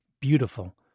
beautiful